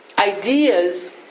Ideas